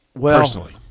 personally